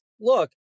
look